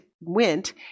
went